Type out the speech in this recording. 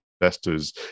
investors